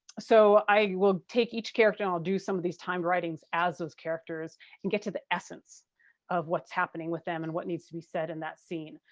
so i will take each character and i'll do some of these timed writings as those characters and get to the essence of what's happening with them and what needs to be said in that scene.